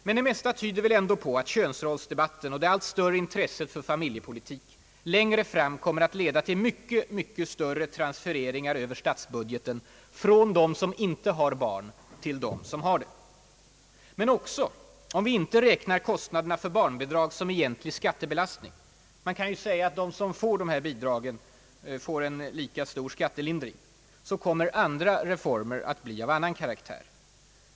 Men det mesta tyder väl ändå på att könsrollsdebatten och det allt större intresset för familjepolitik längre fram kommer att leda till mycket, mycket större transfereringar över statsbudgeten från dem som inte har barn till dem som har det. Men också om vi inte räknar kostnaderna för barnbidrag som egentlig skattebelastning — man kan ju säga att de som får dessa bidrag får en lika stor skattelindring — kommer andra reformer att bli av annan karaktär.